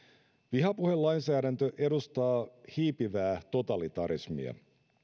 vihapuhelainsäädäntö edustaa hiipivää totalitarismia